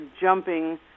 jumping